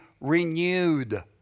renewed